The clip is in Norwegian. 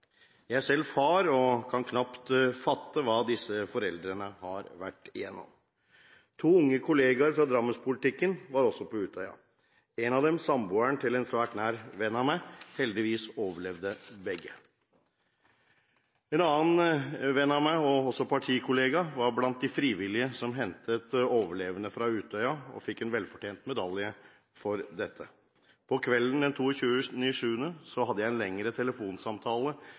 Jeg er selv far og kan knapt fatte hva disse foreldrene har vært igjennom. To unge kolleger fra drammenspolitikken var også på Utøya. En av dem var samboeren til en svært nær venn av meg. Heldigvis overlevde begge. En annen venn av meg, som også er partikollega, var blant de frivillige som hentet overlevende fra Utøya, og som fikk en velfortjent medalje for dette. På kvelden den 22. juli hadde jeg en lengre telefonsamtale